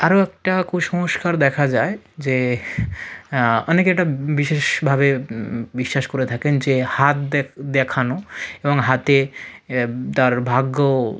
আরও একটা কুসংস্কার দেখা যায় যে অনেকে এটা বিশেষভাবে বিশ্বাস করে থাকেন যে হাত দেখানো এবং হাতে তার ভাগ্য